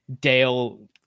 dale